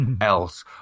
else